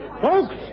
Folks